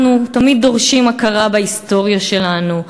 אנחנו תמיד דורשים הכרה בהיסטוריה שלנו,